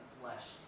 flesh